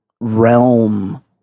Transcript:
realm